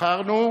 נבחרנו